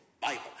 Bible